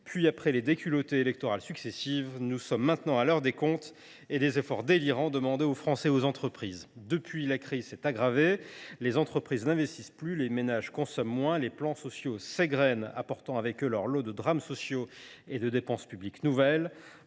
Après les déculottées électorales successives, nous sommes maintenant à l’heure des comptes et des efforts délirants demandés aux Français et aux entreprises. Depuis, la crise s’est aggravée : les entreprises n’investissent plus, les ménages consomment moins, les plans sociaux s’égrènent, charriant avec eux leur lot de drames sociaux et de dépenses publiques nouvelles.